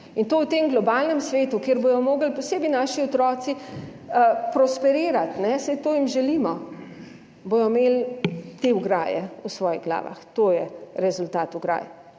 In to v tem globalnem svetu, kjer bodo morali posebej naši otroci prosperirati, ne, saj to jim želimo, bodo imeli te ograje v svojih glavah, to je rezultat ograj.